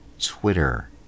Twitter